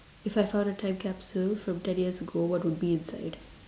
if I found a time capsule from ten years ago what would be inside